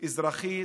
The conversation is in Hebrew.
אזרחית,